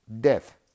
death